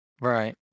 Right